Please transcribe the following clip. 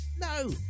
No